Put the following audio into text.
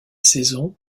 saison